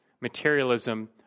materialism